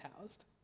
housed